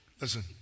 Listen